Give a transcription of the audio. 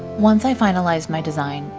once i finalized my design,